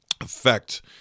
effect